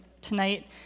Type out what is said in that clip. tonight